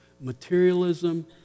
Materialism